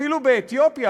אפילו באתיופיה,